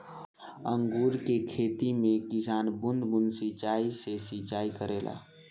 अंगूर के खेती में किसान बूंद बूंद सिंचाई से सिंचाई करेले